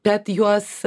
bet juos